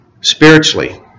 Spiritually